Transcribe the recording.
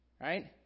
Right